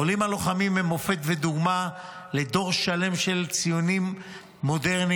העולים הלוחמים הם מופת ודוגמה לדור שלם של ציונים מודרניים,